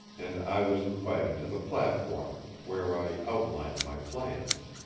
and i was invited to the platform, where i outlined my plans.